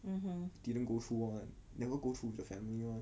mmhmm